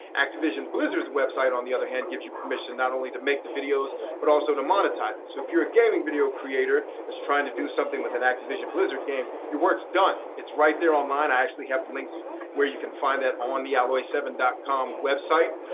activision blizzard's website, on the other hand, gives you permission not only to make the videos but also to monetize them. and so if you're a gaming video creator that's trying to do something with an activision blizzard game, your work's done. it's right there online. i actually have links where you can find that on the alloyseven dot com website.